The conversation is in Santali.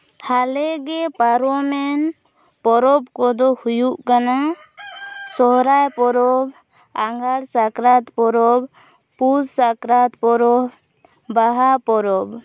ᱦᱟᱞᱮᱜᱮ ᱯᱟᱨᱚᱢᱮᱱ ᱯᱚᱨᱚᱵᱽ ᱠᱚᱫᱚ ᱦᱩᱭᱩᱜ ᱠᱟᱱᱟ ᱥᱚᱦᱚᱨᱟᱭ ᱯᱚᱨᱚᱵᱽ ᱟᱸᱜᱷᱟᱲ ᱥᱟᱠᱨᱟᱛ ᱯᱚᱨᱚᱵᱽ ᱯᱩᱥ ᱥᱟᱠᱨᱟᱛ ᱯᱚᱨᱚᱵᱽ ᱵᱟᱦᱟ ᱯᱚᱨᱚᱵ